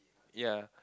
ya